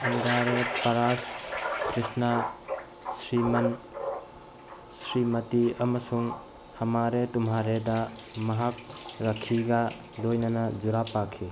ꯑꯟꯒꯥꯔꯦ ꯄꯔꯥꯁ ꯇ꯭ꯔꯤꯁꯅ ꯁ꯭ꯔꯤꯃꯟ ꯁ꯭ꯔꯤꯃꯇꯤ ꯑꯃꯁꯨꯡ ꯍꯃꯥꯔꯦ ꯇꯨꯝꯍꯥꯔꯦꯗ ꯃꯍꯥꯛ ꯔꯈꯤꯒ ꯂꯣꯏꯅꯅ ꯖꯨꯔꯥ ꯄꯥꯈꯤ